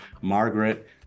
Margaret